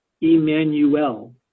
Emmanuel